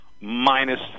minus